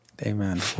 Amen